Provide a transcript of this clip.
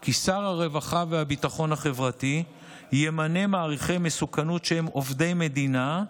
כי שר הרווחה והביטחון החברתי ימנה מעריכי מסוכנות שהם עובדי מדינה,